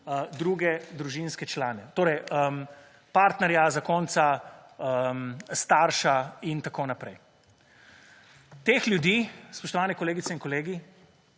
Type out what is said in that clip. druge družinske člane, torej partnerja, zakonca, starša in tako naprej. Teh ljudi, spoštovane kolegice in kolegi,